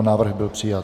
Návrh byl přijat.